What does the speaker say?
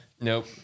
Nope